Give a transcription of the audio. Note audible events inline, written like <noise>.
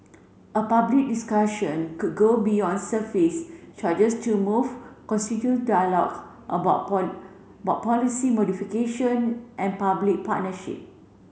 a public discussion could go beyond surface charges to move <unintelligible> dialogue about <unintelligible> about policy modification and public partnership